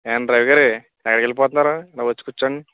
ఏమండి రవి గారు ఎక్కడికి వెళ్ళిపోతున్నారు ఇలా వచ్చి కూర్చోండి